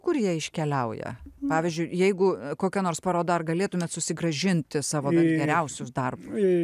kur jie iškeliauja pavyzdžiui jeigu kokia nors paroda ar galėtumėt susigrąžinti savo vat geriausius darbus